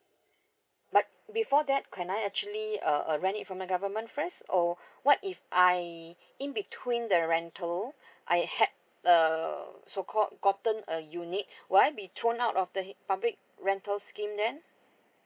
but before that can I actually uh uh rent it from the government first or what if I in between the rental I had uh so called gotten a unit will I be thrown out of the public rental scheme then